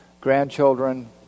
grandchildren